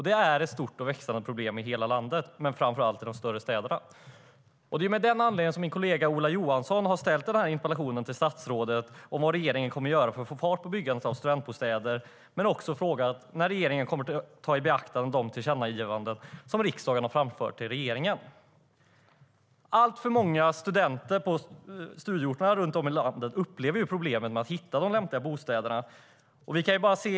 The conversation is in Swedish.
Det är ett stort och växande problem i hela landet men framför allt i de större städerna. Det är med anledning av detta som min kollega Ola Johansson har ställt den här interpellationen till statsrådet om vad regeringen kommer att göra för att få fart på byggandet av studentbostäder och även frågat när regeringen kommer att ta de tillkännagivanden i beaktande som riksdagen har framfört till regeringen. Alltför många studenter på studieorterna runt om i landet upplever problem med att hitta en lämplig bostad.